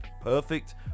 perfect